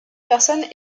personnes